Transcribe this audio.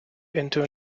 into